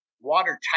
watertight